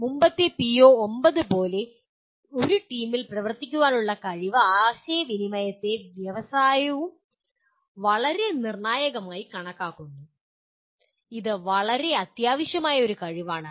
മുമ്പത്തെ പിഒ9 പോലെ ഒരു ടീമിൽ പ്രവർത്തിക്കാനുള്ള കഴിവ് ആശയവിനിമയത്തെ വ്യവസായവും വളരെ നിർണായകമായി കണക്കാക്കുന്നു ഇത് വളരെ അത്യാവശ്യമായ ഒരു കഴിവാണ്